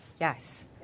Yes